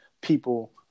people